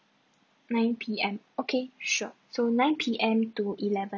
nine P_M okay sure so nine P_M to eleven